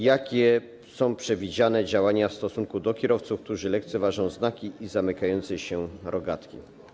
Jakie są przewidziane działania w stosunku do kierowców, którzy lekceważą znaki i zamykające się rogatki?